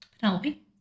Penelope